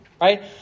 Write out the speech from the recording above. right